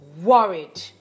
worried